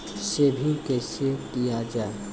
Saving कैसै किया जाय?